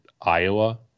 Iowa